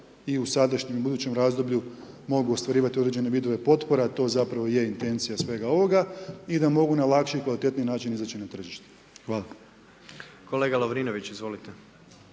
i u sadašnjem i u budućem razdoblju mogu ostvarivati određene vidove potpora a to zapravo i je intencija svega ovoga i da mogu na lakši i kvalitetniji način izaći na tržište. Hvala **Jandroković, Gordan